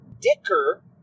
dicker